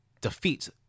defeat